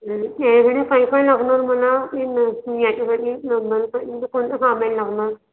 काय काय लागणार मला याच्यासाठी प्लम्बर लागणार